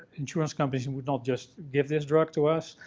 insurance companies and would not just give this drug to us.